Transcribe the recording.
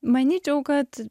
manyčiau kad